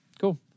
cool